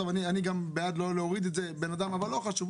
אני גם בעד לא להוריד את זה אבל לא חשוב,